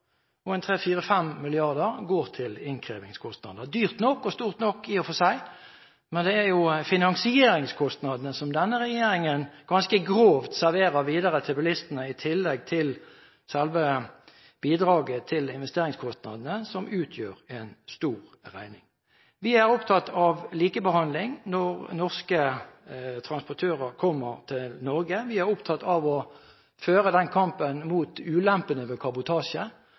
går til innkrevingskostnader. Dyrt nok og stort nok, i og for seg, men det er finansieringskostnadene som denne regjeringen ganske grovt serverer videre til bilistene i tillegg til selve bidraget til investeringskostnadene som utgjør en stor regning. Vi er opptatt av likebehandling når norske transportører kommer til Norge. Vi er opptatt av å føre kampen mot ulempene ved kabotasje,